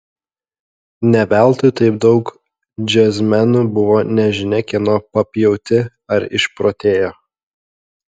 ne veltui taip daug džiazmenų buvo nežinia kieno papjauti ar išprotėjo